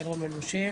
יעל רון בן משה,